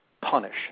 punish